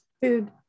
food